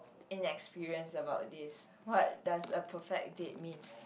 inexperience about this what does a perfect date means